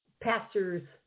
pastors